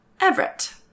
Everett